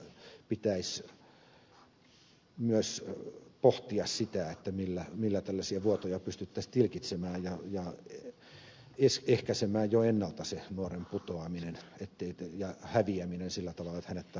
pitäisi myös pohtia sitä millä tällaisia vuotoja pystyttäisiin tilkitsemään ja ehkäisemään jo ennalta se nuoren putoaminen ja häviäminen sillä tavalla että hänet tarvitsee uudestaan etsiä